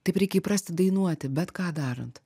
taip reikia įprasti dainuoti bet ką darant